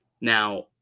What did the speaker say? Now